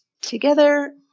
together